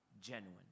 genuine